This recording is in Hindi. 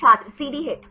छात्र सीडी हिट